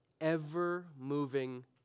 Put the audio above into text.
ever-moving